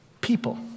people